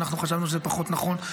ואנחנו חשבנו שזה פחות נכון,